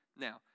Now